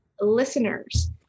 listeners